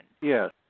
Yes